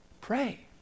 Pray